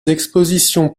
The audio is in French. expositions